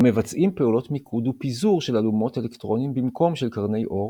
המבצעים פעולות מיקוד ופיזור של אלומות אלקטרונים במקום של קרני אור,